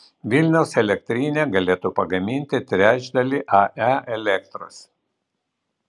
vilniaus elektrinė galėtų pagaminti trečdalį ae elektros